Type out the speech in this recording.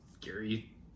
Gary